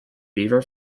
beaver